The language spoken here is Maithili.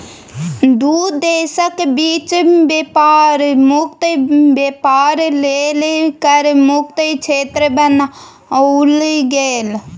दू देशक बीच बेपार मुक्त बेपार लेल कर मुक्त क्षेत्र बनाओल गेल